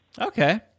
Okay